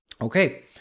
Okay